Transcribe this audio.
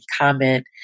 comment